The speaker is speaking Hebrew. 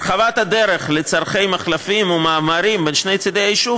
הרחבת הדרך לצורכי מחלפים ומעברים בין שני צידי היישוב